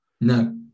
No